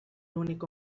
único